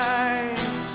eyes